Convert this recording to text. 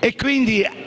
Anche